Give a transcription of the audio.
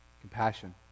compassion